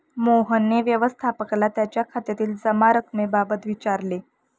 मोहनने व्यवस्थापकाला त्याच्या खात्यातील जमा रक्कमेबाबत विचारले